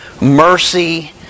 mercy